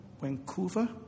Vancouver